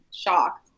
shocked